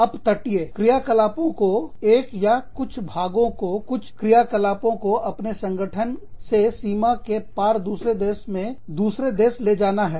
अपतटीय क्रियाकलापों को एक या कुछ भागों को कुछ क्रियाकलापों को अपने संगठन से सीमा के पार दूसरे देश ले जाना है